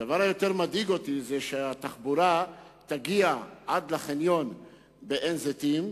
הדבר שיותר מדאיג אותי זה שהתחבורה תגיע עד לחניון בעין-זיתים,